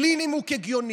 בלי נימוק הגיוני,